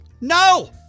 No